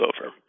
over